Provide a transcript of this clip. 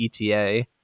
ETA